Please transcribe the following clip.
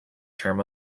term